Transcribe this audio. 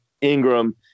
Ingram